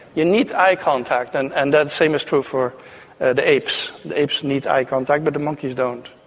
you need eye contact, and and the same is true for ah the apes, the apes need eye contact, but the monkeys don't.